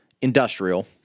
industrial